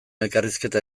elkarrizketa